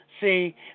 See